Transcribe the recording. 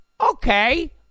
Okay